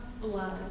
blood